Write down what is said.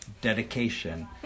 dedication